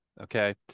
okay